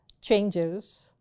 changes